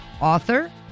author